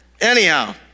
Anyhow